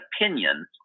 opinion